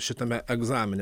šitame egzamine